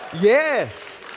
Yes